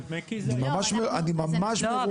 אני ממש מרוגש.